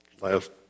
last